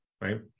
right